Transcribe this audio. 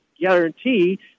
guarantee